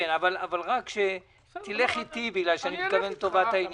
אבל רק תלך איתי בגלל שאני מתכוון לטובת העניין.